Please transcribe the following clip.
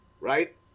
Right